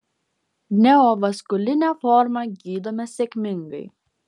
neovaskulinę formą gydome sėkmingai